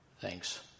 Thanks